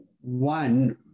one